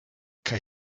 kaj